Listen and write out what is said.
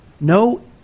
No